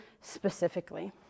specifically